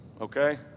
Okay